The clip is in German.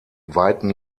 weiten